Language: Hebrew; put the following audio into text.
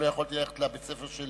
לא יכולתי ללכת לבית-הספר של